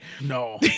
No